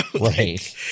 right